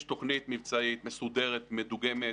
יש תוכנית מבצעית, מסודרת, מדוגמת,